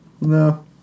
No